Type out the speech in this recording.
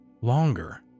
longer